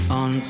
on